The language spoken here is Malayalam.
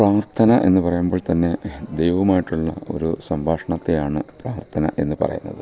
പ്രാർത്ഥന എന്ന് പറയുമ്പോൾ തന്നെ ദൈവവുമായിട്ടുള്ള ഒരു സംഭാഷണത്തെയാണ് പ്രാർത്ഥന എന്ന് പറയുന്നത്